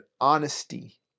honesty